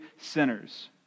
sinners